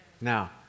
Now